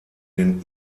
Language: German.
den